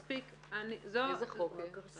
איזה חוק יש?